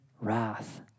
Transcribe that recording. wrath